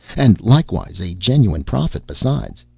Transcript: and likewise a genuine prophet besides,